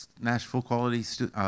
Nashville-quality